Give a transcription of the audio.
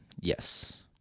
Yes